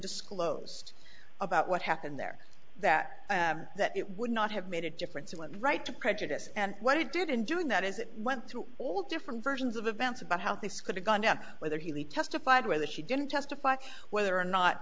disclosed about what happened there that that it would not have made a difference and right to prejudice and what it did in doing that as it went through all different versions of events about how things could have gone down whether he testified whether she didn't testify or whether or not